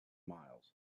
miles